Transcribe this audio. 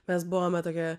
mes buvome tokia